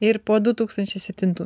ir po du tūkstančiai septintų